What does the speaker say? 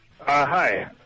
Hi